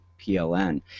PLN